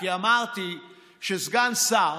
כי אמרתי שסגן שר,